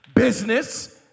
Business